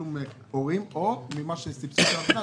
מתשלום הורים או מסבסוד העמותה.